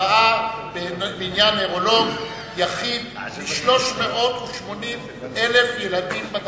בעניין: נוירולוג יחיד ל-380,000 ילדים בדרום.